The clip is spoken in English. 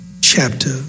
chapter